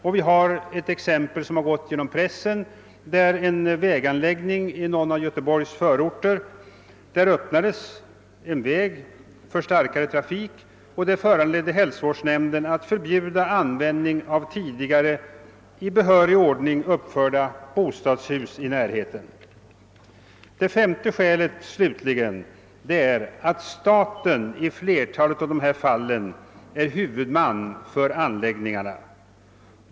Det finns ett exempel härpå som har gått genom pressen: I någon av Göteborgs förorter öppnades en väg för starkare trafik, och det föranledde hälsovårdsnämnden att förbju 5. Staten är i flertalet fall huvudman för anläggningarna.